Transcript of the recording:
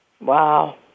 Wow